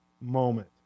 moment